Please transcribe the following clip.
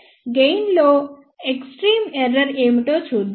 కాబట్టి గెయిన్ లో extreme error ఏమిటో చూద్దాం